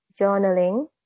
journaling